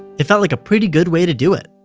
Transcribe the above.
it felt like a pretty good way to do it.